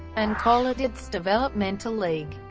and call it its developmental league.